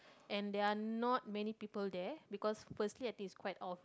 and there are not many people there because firstly I think it's quite odd